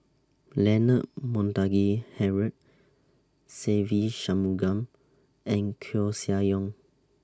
Leonard Montague Harrod Se Ve Shanmugam and Koeh Sia Yong